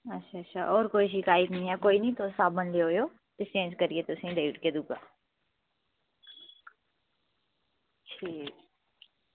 अच्छा अच्छा होर कोई शिकायत निं ऐ कोई निं ओह् तुस साबन लेई आयो ते चेंज़ करियै तुसेंगी देई ओड़गे दूजा ठीक